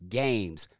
games